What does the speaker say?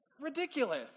ridiculous